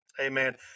amen